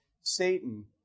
Satan